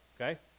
Okay